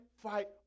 Fight